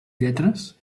lletres